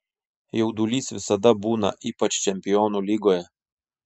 jaudulys visada būna ypač čempionų lygoje